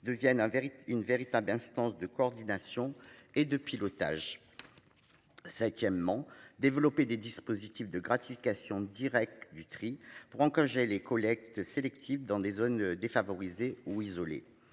devienne un vérité une véritable instance de coordination et de pilotage. Septièmement développer des dispositifs de gratification directe du tri pourront que j'ai les collectes sélectives dans des zones défavorisées ou isolées